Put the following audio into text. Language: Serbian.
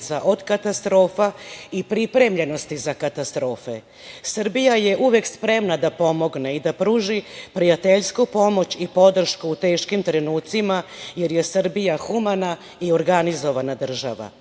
od katastrofa i pripremljenosti za katastrofe. Srbija je uvek spremna da pomogne i da pruži prijateljsku pomoć i podršku u teškim trenucima, jer je Srbija humana i organizovana država.